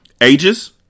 Ages